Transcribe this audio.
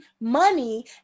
money